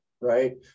right